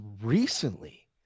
recently